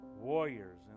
warriors